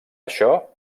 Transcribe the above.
això